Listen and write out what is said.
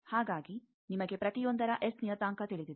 ಹಾಗಾಗಿ ನಿಮಗೆ ಪ್ರತಿಯೊಂದರ ಎಸ್ ನಿಯತಾಂಕ ತಿಳಿದಿದೆ